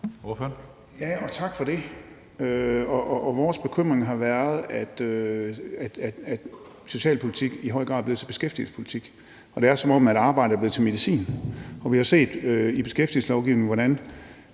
(ALT): Tak for det. Vores bekymring har været, at socialpolitik i høj grad er blevet til beskæftigelsespolitik. Det er, som om arbejde er blevet til medicin. Vi har set i beskæftigelseslovgivningen, hvordan